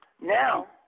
now